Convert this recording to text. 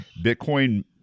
Bitcoin